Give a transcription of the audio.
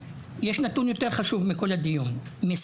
יש נתון אחד שהוא חשוב יותר מכל הדיון הזה